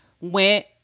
Went